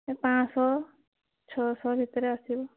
ସେ ପାଞ୍ଚ ଶହ ଛଅ ଶହ ଭିତରେ ଆସିବ